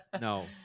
No